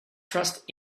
trust